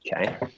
Okay